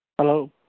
Hello